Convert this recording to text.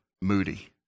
Moody